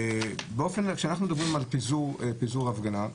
כשאנחנו מדברים על פיזור הפגנה,